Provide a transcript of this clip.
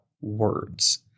words